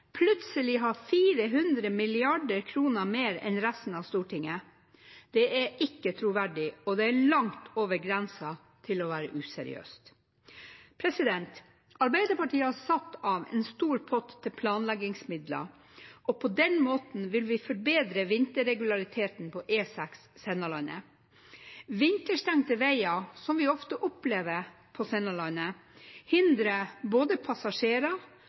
plutselig har 400 mrd. kr mer enn resten av Stortinget. Det er ikke troverdig og langt over grensen til å være useriøst. Arbeiderpartiet har satt av en stor pott til planleggingsmidler. På den måten vil vi forbedre vinterregulariteten på E6 Sennalandet. Vinterstengte veier, som vi ofte opplever på Sennalandet, hindrer både passasjerer,